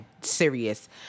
serious